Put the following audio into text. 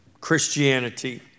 Christianity